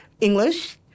english